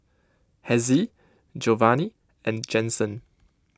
Hezzie Giovanni and Jensen